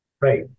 Right